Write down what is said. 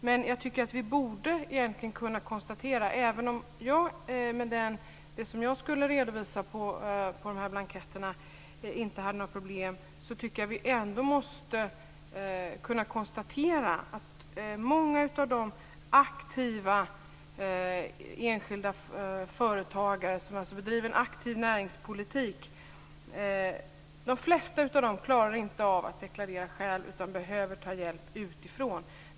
Även om jag inte hade några problem med det som jag skulle redovisa på de här blanketterna, kan vi ändå konstatera att de flesta av de enskilda företagare som bedriver en aktiv näringspolitik inte klarar av att deklarera själva utan behöver ta hjälp utifrån.